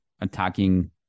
attacking